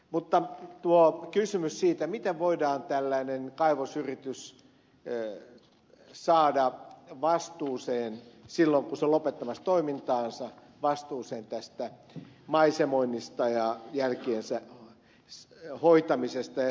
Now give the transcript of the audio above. mutta tuo kysymys siitä miten voidaan tällainen kaivosyritys saada vastuuseen silloin kun se on lopettamassa toimintaansa vastuuseen tästä maisemoinnista ja jälkiensä hoitamisesta ja siivoamisesta